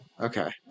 Okay